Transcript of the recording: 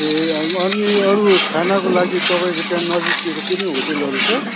ए अनि अरू खानाको लागि तपाईँको त्यहाँ नजिकतिर कुनै होटेलहरू छ